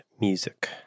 music